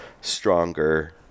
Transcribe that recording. stronger